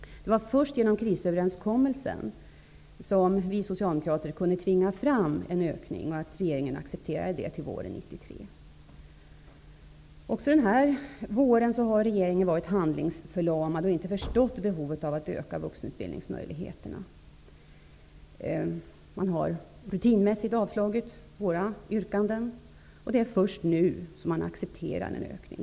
Det var först genom krisöverenskommelsen som vi socialdemokrater kunde tvinga fram en ökning och att regeringen accepterade det till våren 1993. Också denna vår har regeringen varit handlingsförlamad och inte förstått behovet av att öka vuxenutbildningsmöjligheterna. Man har rutinmässigt avslagit våra yrkanden, och det är först nu som man accepterar en ökning.